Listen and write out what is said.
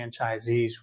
franchisees